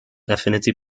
affinity